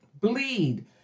bleed